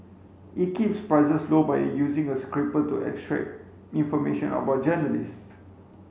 it keeps prices low by using a scraper to extract information about journalists